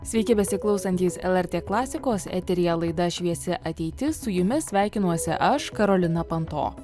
sveiki besiklausantys lrt klasikos eteryje laida šviesi ateitis su jumis sveikinuosi aš karolina panto